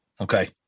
Okay